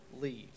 leave